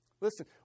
Listen